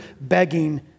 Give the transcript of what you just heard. begging